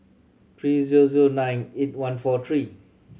three zero zero nine eight one four three